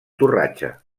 torratxa